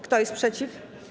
Kto jest przeciw?